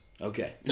Okay